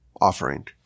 offering